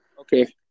Okay